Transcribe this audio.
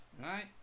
Right